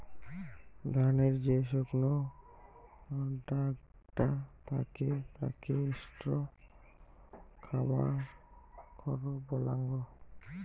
ধানের যে শুকনো ভাগটা থাকে তাকে স্ট্র বা খড় বলাঙ্গ